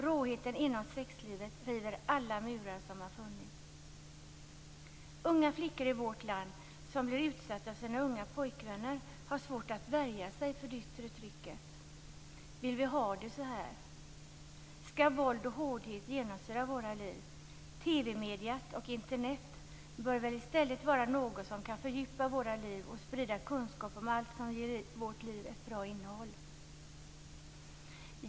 Råheten inom sexlivet river alla murar som har funnits. Unga flickor i vårt land som blir utsatta av sina unga pojkvänner har haft svårt att stå emot det yttre trycket. Vill vi ha det så här? Skall våld och hårdhet genomsyra våra liv? TV-mediet och Internet bör väl i stället kunna fördjupa våra liv och sprida kunskap om allt som ger livet ett bra innehåll.